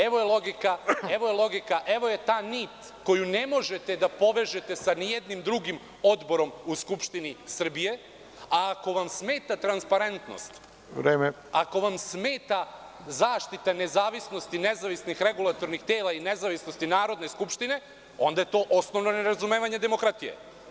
Evo je logika, evo je ta nit koju ne možete da povežete ni sa jednim drugim odborom u Skupštini Srbije, a ako vam smeta transparentnost… (Predsedavajući: Vreme.) … ako vam smeta zaštita nezavisnosti nezavisnih regulatornih tela i nezavisnosti Narodne skupštine, onda je to osnovno nerazumevanje demokratije.